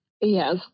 Yes